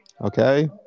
Okay